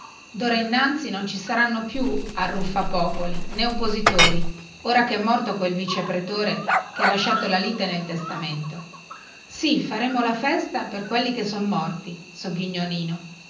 dora innanzi non ci saranno più arruffapopoli nè oppositori ora che è morto quel vice pretore che ha lasciato la lite nel testamento sì faremo la festa per quelli che son morti